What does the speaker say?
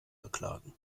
beklagen